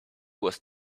was